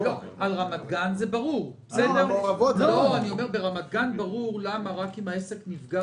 ברמת גן ברור למה רק אם העסק נפגע